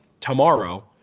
tomorrow